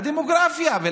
הדמוגרפיה.